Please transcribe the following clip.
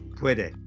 puede